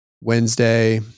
Wednesday